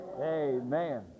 amen